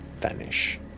vanish